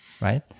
Right